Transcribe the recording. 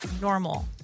normal